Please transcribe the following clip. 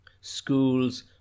Schools